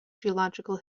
geological